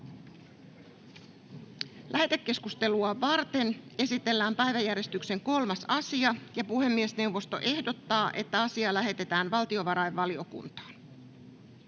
Lähetekeskustelua varten esitellään päiväjärjestyksen 3. asia. Puhemiesneuvosto ehdottaa, että asia lähetetään valtiovarainvaliokuntaan.